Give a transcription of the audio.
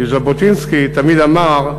כי ז'בוטינסקי תמיד אמר: